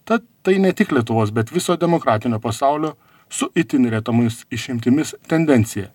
tad tai ne tik lietuvos bet viso demokratinio pasaulio su itin retomis išimtimis tendencija